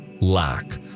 lack